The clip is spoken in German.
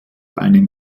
einen